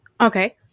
Okay